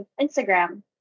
Instagram